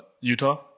Utah